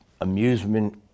amusement